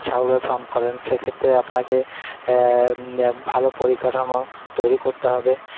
ছাগলের পাম্প করেন সেক্ষেত্রে আপনাকে ভালো পরিকাঠামো তৈরি করতে হবে